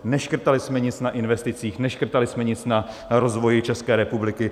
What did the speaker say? Neškrtali jsme nic na investicích, neškrtali jsme nic na rozvoji České republiky.